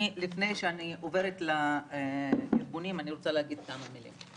לפני כן אני רוצה להגיד כמה מילים.